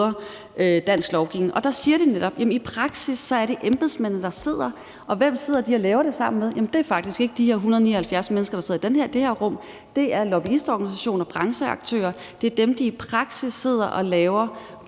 dansk lovgivning, og der siger de netop, at i praksis er det embedsmændene, som sidder og laver det. Og hvem sidder de og laver det sammen med? Jamen det er faktisk ikke de her 179 mennesker, der sidder i det her rum, det er lobbyistorganisationer og brancheaktører; det er dem, der i praksis sidder og laver